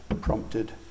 prompted